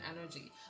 energy